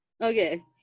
okay